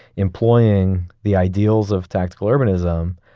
employing the ideals of tactical urbanism,